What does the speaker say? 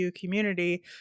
community